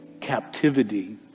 captivity